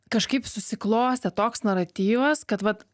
kažkaip susiklostė toks naratyvas kad vat